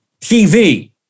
TV